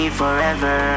forever